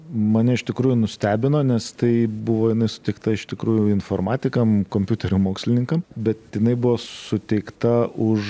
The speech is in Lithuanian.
mane iš tikrųjų nustebino nes tai buvo jinai suteikta iš tikrųjų informatikam kompiuterių mokslininkam bet jinai buvo suteikta už